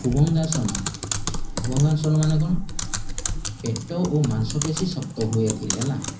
ଭୁବଙ୍ଗାଆସନ ଭୁବଙ୍ଗାଆସନ ମାନେ କଣ ପେଟ ଓ ମାଂସପେଶୀ ଶକ୍ତ ହୁଏ ଏଥିରେ ହେଲା